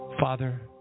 Father